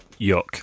yuck